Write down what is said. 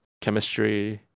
chemistry